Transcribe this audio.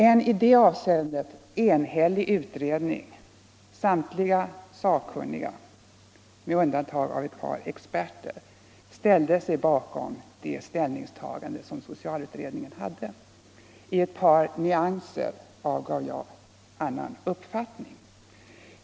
En i det avseendet enhällig utredning - samtliga sakkunniga med undantag av ett par experter — ställde sig bakom socialutredningens ställningstagande. När det gällde ett par nyanser anmälde jag en annan uppfattning.